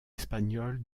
espagnol